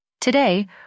Today